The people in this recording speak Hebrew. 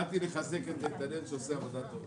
באתי לחזק את נתנאל שעושה עבודה טובה.